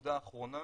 נקודה אחרונה,